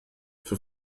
für